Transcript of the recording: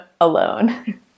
alone